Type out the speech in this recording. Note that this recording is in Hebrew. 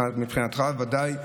מבחינתך, בוודאי,